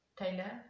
Taylor